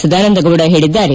ಸದಾನಂದಗೌಡ ಹೇಳಿದ್ದಾರೆ